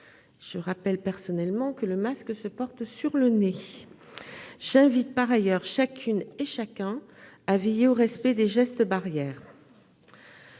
dernier. J'ajoute que le masque se porte sur le nez ! J'invite par ailleurs chacune et chacun à veiller au respect des gestes barrières.